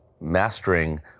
mastering